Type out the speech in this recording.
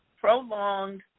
prolonged